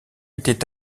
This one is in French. était